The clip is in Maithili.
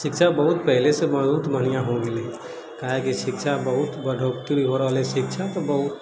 शिक्षा बहुत पहिलेसँ बहुत बढ़िआँ हो गेलै काहेकि शिक्षा बहुत बढ़ोतरी हो रहले शिक्षा तऽ बहुत